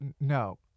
No